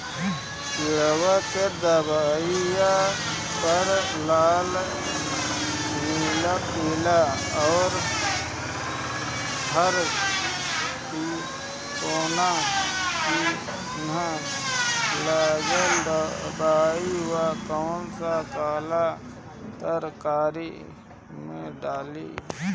किड़वा के दवाईया प लाल नीला पीला और हर तिकोना चिनहा लगल दवाई बा कौन काला तरकारी मैं डाली?